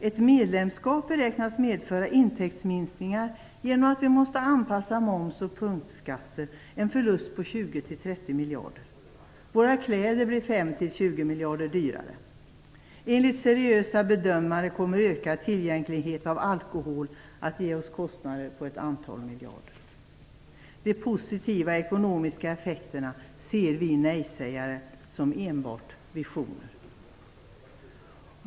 Ett medlemskap beräknas medföra intäktsminskningar genom att vi måste anpassa moms och punktskatter - en förlust på 20-30 miljarder. Våra kläder blir 5 - 20 miljarder dyrare. Enligt seriösa bedömare kommer ökad tillgänglighet till alkohol att ge oss kostnader på ett antal miljarder. De positiva ekonomiska effekterna ser vi nejsägare som enbart visioner.